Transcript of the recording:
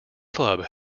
club